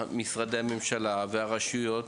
משרדי הממשלה והרשויות,